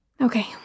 Okay